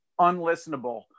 unlistenable